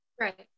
right